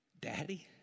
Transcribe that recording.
Daddy